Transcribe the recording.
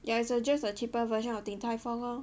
ya is just a cheaper version of 鼎泰丰 lor